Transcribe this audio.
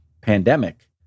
Pandemic